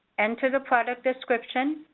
enter the product description,